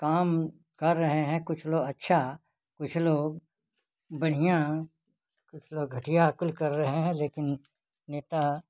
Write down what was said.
काम कर रहे हैं कुछ लोग अच्छा कुछ लोग बढ़िया कुछ लोग घटिया कुल कर रहे हैं लेकिन नेता